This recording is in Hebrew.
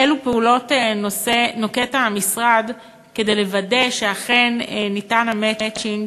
אילו פעולות נוקט המשרד כדי לוודא שאכן ניתן המצ'ינג